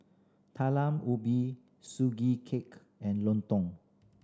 Talam Ubi Sugee Cake and lontong